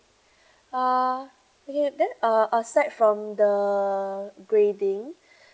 uh okay then uh aside from the grading